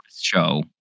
show